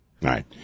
right